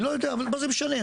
לא יודע אבל מה זה משנה?